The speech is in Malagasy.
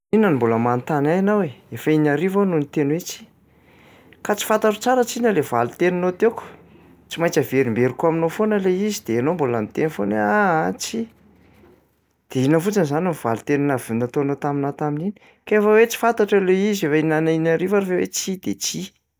Inona no mbola manontany ahy ianao e? Efa in'ny arivo no niteny hoe tsia! Ka tsy fantantro tsara tsinona lay valin-teninao teo ko. Tsy maintsy averimberiko aminao foana lay izy de ianao mbola miteny foana hoe aaa tsia. De inona fotsiny izany ny valin-teny nav- nataonao taminahy tamin'iny? Ka efa hoe tsy fantatro ilay izy, efa in'ana- in'ny arivo ary ve hoe tsia dia tsia!